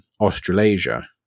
australasia